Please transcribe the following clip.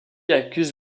accuse